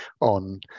on